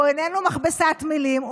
הוא איננו מכבסת מילים,